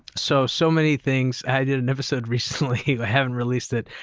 so so many things. i did an episode recently, i haven't released it,